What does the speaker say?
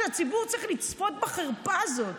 שהציבור צריך לצפות בחרפה הזאת?